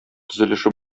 төзелеше